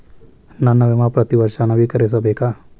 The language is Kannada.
ನನ್ನ ವಿಮಾ ಪ್ರತಿ ವರ್ಷಾ ನವೇಕರಿಸಬೇಕಾ?